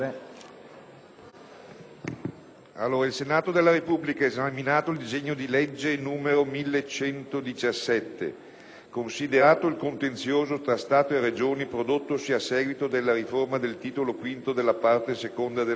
«Il Senato della Repubblica, esaminato il disegno di legge n. 1117, considerato il contenzioso tra Stato e Regioni prodottosi a seguito della riforma del Titolo V della Parte II della Costituzione